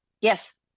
Yes